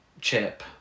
chip